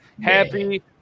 Happy